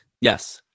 Yes